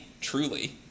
truly